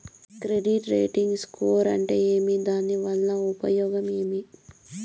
Credit rating score అంటే ఏమి దాని వల్ల ఉపయోగం ఏమి?